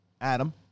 Adam